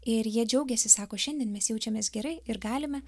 ir jie džiaugiasi sako šiandien mes jaučiamės gerai ir galime